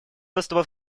доступа